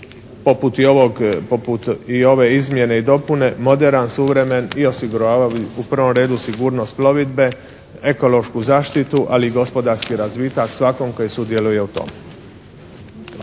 poput i ove izmjene i dopune, moderan, suvremen i osiguravali bi u prvom redu sigurnost plovidbe, ekološku zaštitu, ali i gospodarski razvitak svakom koji sudjeluje u tome.